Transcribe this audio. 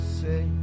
say